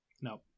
No